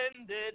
ended